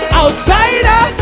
outsider